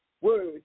words